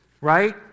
right